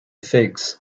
figs